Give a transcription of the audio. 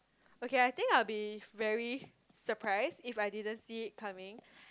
okay I think I'll be very surprised if I didn't see it coming